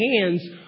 hands